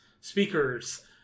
speakers